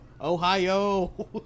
Ohio